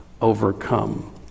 overcome